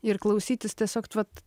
ir klausytis tiesiog vat